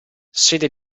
sede